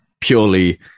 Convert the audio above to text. purely